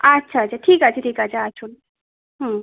আচ্ছা আচ্ছা ঠিক আছে ঠিক আছে আসুন হুম